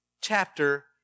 chapter